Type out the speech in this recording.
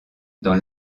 dans